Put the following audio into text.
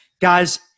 Guys